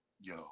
yo